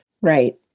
Right